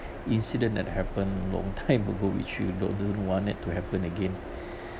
incident that happened long time ago which you don't want it to happen again